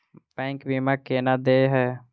Bank बीमा केना देय है?